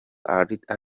art